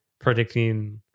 predicting